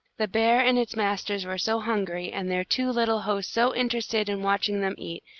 the bear and its masters were so hungry, and their two little hosts so interested in watching them eat,